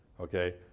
Okay